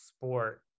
sport